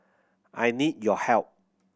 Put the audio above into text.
I need your help